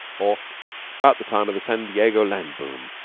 or about the time of the san diego land boom,